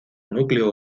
núcleo